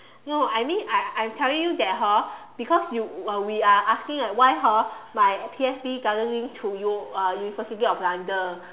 no I mean I I I'm telling you that hor because you we are asking like why hor my P_S_B doesn't link to u~ uh university of London